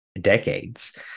decades